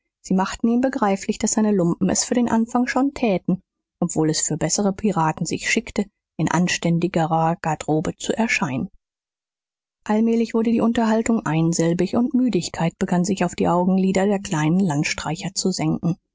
sie machten ihm begreiflich daß seine lumpen es für den anfang schon täten obwohl es für bessere piraten sich schickte in anständigerer garderobe zu erscheinen allmählich wurde die unterhaltung einsilbig und müdigkeit begann sich auf die augenlider der kleinen landstreicher zu senken